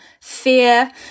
fear